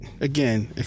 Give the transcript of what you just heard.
again